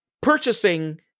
purchasing